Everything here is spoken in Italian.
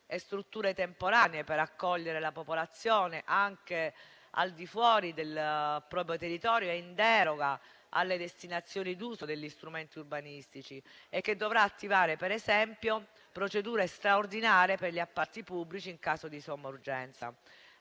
e strutture temporanee per accogliere la popolazione, anche al di fuori del proprio territorio e in deroga alle destinazioni d'uso degli strumenti urbanistici, e che dovrà attivare, per esempio, procedure straordinarie per gli appalti pubblici in caso di somma urgenza.